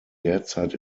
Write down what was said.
derzeit